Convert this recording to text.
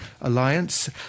Alliance